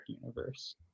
universe